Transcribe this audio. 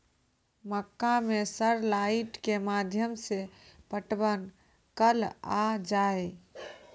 मक्का मैं sir light के माध्यम से पटवन कल आ जाए?